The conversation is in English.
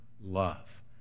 love